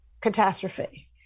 catastrophe